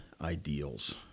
ideals